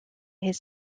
his